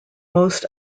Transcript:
most